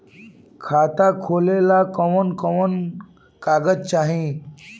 खाता खोलेला कवन कवन कागज चाहीं?